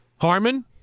Harmon